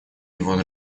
его